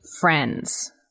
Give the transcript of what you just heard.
friends